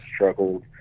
struggled